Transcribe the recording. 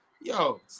yo